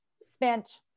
spent